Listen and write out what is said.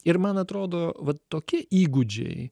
ir man atrodo vat tokie įgūdžiai